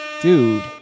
dude